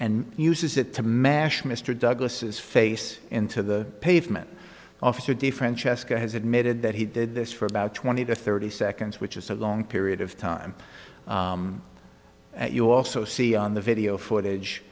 and uses it to mash mr douglas's face into the pavement officer different cheska has admitted that he did this for about twenty to thirty seconds which is a long period of time and you also see on the video footage